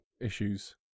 issues